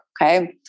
Okay